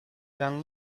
then